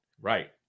Right